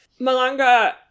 Malanga